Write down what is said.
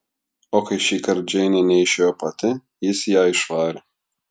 o kai šįkart džeinė neišėjo pati jis ją išvarė